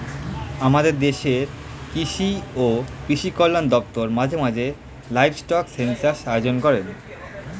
আমাদের দেশের কৃষি ও কৃষি কল্যাণ দপ্তর মাঝে মাঝে লাইভস্টক সেন্সাস আয়োজন করেন